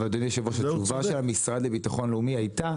אדוני היושב ראש התשובה של המשרד לביטחון לאומי הייתה